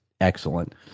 excellent